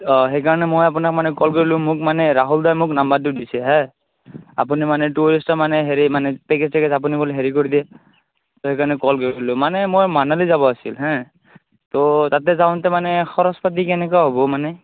অঁ সেইকাৰণে মই আপোনাক মানে কল কৰিলোঁ মোক মানে ৰাহুল দাই মোক নাম্বাৰটো দিছে হাঁ আপুনি মানে টুৰিষ্টক মানে হেৰি মানে পেকেজ চেকেজ আপুনি বোলে হেৰি কৰি দিয়ে ছ' সেইকাৰণে কল কৰিছিলোঁ মানে মই মানালী যাব আছিল হাঁ তো তাতে যাওঁতে মানে খৰচ পাতি কেনেকুৱা হ'ব মানে